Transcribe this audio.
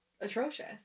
atrocious